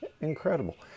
incredible